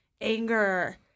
anger